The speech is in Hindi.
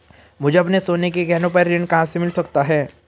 मुझे अपने सोने के गहनों पर ऋण कहां से मिल सकता है?